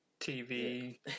TV